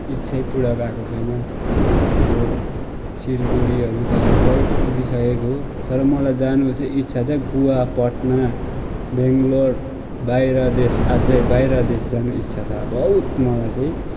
इच्छै पुरा भएको छैन अब सिलगढीहरू त बहुत पुगिसकेको हो तर मलाई जानु चाहिँ इच्छा चाहिँ गोवा पटना बेङ्गलोर बाहिर देश अझै बाहिर देश जाने इच्छा छ बहुत मलाई चाहिँ